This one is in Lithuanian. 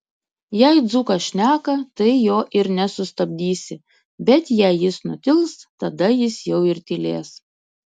jei dzūkas šneka tai jo ir nesustabdysi bet jei jis nutils tada jis jau ir tylės